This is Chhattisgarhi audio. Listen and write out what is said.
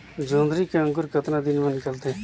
जोंदरी के अंकुर कतना दिन मां निकलथे?